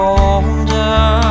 older